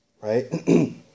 Right